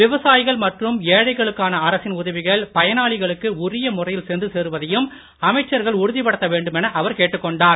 விவசாயிகள் மற்றும் ஏழைகளுக்கான அரசின் உதவிகள் பயனாளிகளுக்கு உரிய முறையில் சென்று சேருவதையும் அமைச்சர்கள் உறுதிப்படுத்த வேண்டுமென அவர் கேட்டுக்கொண்டார்